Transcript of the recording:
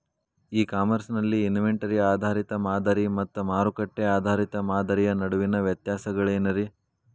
E commerce ನಲ್ಲಿ inventory ಆಧಾರಿತ ಮಾದರಿ ಮತ್ತ ಮಾರುಕಟ್ಟೆ ಆಧಾರಿತ ಮಾದರಿಯ ನಡುವಿನ ವ್ಯತ್ಯಾಸಗಳೇನ ರೇ?